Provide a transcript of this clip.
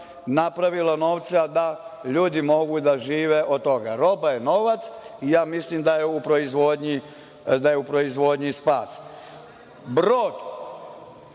napravila novca da ljudi mogu da žive od toga. Roba je novac i ja mislim da je u proizvodnji spas. Brod